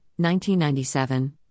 1997